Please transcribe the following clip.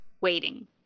waiting